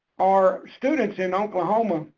our students in oklahoma,